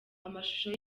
amashusho